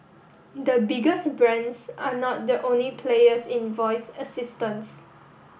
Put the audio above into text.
the biggest brands are not the only players in voice assistants